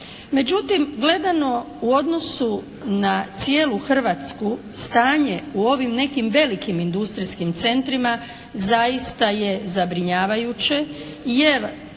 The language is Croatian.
Međutim, gledano u odnosu na cijelu Hrvatsku, stanje u ovim nekim velikim industrijskim centrima zaista je zabrinjavajuće, jer